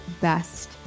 best